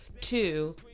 two